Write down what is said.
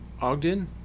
Ogden